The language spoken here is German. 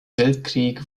weltkrieg